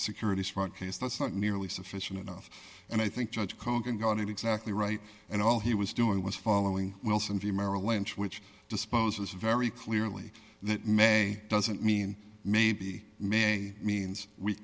securities fraud case that's not nearly sufficient enough and i think judge kogan got it exactly right and all he was doing was following wilson v merrill lynch which disposes very clearly that may doesn't mean maybe may means we